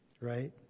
right